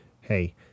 Hey